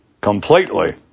completely